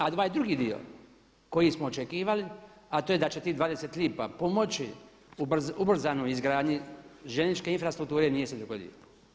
A ovaj drugi dio koji smo očekivali, a to je da će tih 20 lipa pomoći ubrzanoj izgradnji željezničke infrastrukture nije se dogodio.